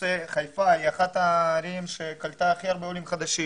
חיפה היא אחת הערים שקלטה הכי הרבה עולים חדשים.